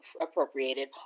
appropriated